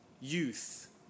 youth